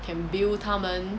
can bill 他们